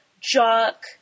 jock